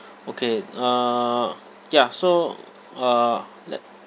okay uh ya so uh let